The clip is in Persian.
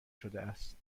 شدهاست